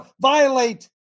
Violate